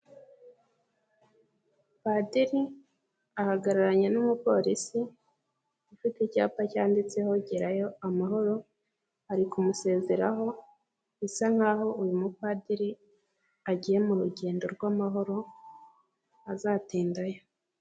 Padiri ahagararanye n'umupolisi ufite icyapa cyanditseho gerayo amahoro, ari kumusezeraho bisa nkaho uyu mupadiri agiye mu rugendo rw'amahoro azatindayo.